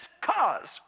cause